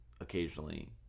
occasionally